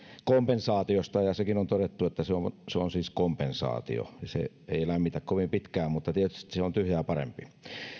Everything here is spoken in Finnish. kompensaatiosta ja sekin on todettu että se on siis kompensaatio se ei lämmitä kovin pitkään mutta tietysti se on tyhjää parempi